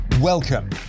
Welcome